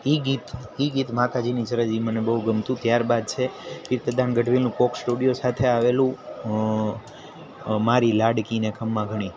એ ગીત એ ગીત માતાજીની ચરજ એ મને બહુ ગમતું ત્યાર બાદ છે કીર્તિદાન ગઢવીનું કોક સ્ટુડિયો સાથે આવેલું અ મારી લાડકીને ખમ્મા ઘણી